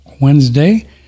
Wednesday